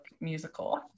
musical